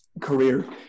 career